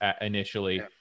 initially